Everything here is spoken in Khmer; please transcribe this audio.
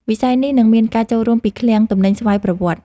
វិស័យនេះនឹងមានការចូលរួមពីឃ្លាំងទំនិញស្វ័យប្រវត្តិ។